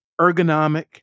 ergonomic